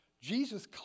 Jesus